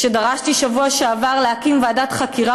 כשדרשתי בשבוע שעבר להקים ועדת חקירה